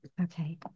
Okay